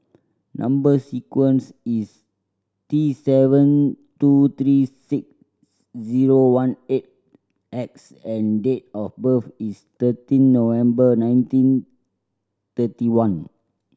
number sequence is T seven two three six zero one eight X and date of birth is thirteen November nineteen thirty one